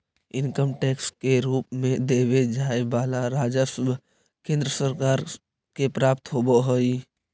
income tax के रूप में देवे जाए वाला राजस्व केंद्र सरकार के प्राप्त होव हई